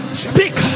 speak